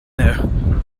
now